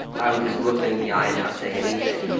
i would just look them in the eye and not say anything.